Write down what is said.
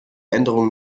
änderungen